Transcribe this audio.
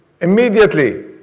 Immediately